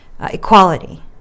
equality